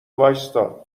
وایستا